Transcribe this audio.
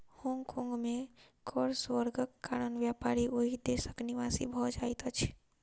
Hong Kong में कर स्वर्गक कारण व्यापारी ओहि देशक निवासी भ जाइत अछिं